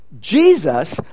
Jesus